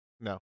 no